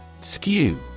Skew